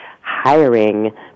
hiring